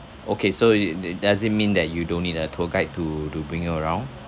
okay so it it does it mean that you don't need a tour guide to to bring you around